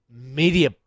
media